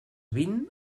vint